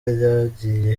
ryagiye